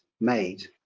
made